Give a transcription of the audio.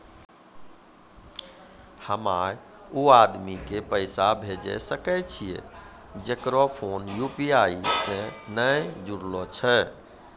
हम्मय उ आदमी के पैसा भेजै सकय छियै जेकरो फोन यु.पी.आई से नैय जूरलो छै?